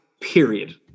period